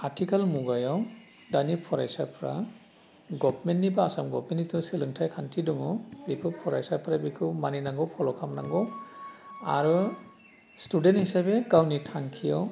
आथिखाल मुगायाव दानि फरायसाफ्रा गभमेन्टनि बा आसाम गभमेन्टनि जिथु सोलोंथाइ खान्थि दङ बेफोर फरायसाफ्रा बेखौ मानिनांगौ फल' खालामनांगौ आरो स्टुडेन्ट हिसाबै गावनि थांखियाव